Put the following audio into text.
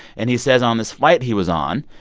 and he says on this flight he was on,